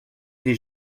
des